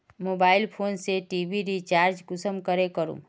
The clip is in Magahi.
मोबाईल फोन से टी.वी रिचार्ज कुंसम करे करूम?